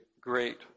great